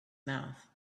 mouth